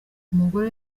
umugore